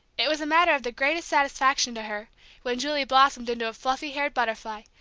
it was a matter of the greatest satisfaction to her when julie blossomed into a fluffy-haired butterfly,